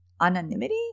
anonymity